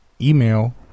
Email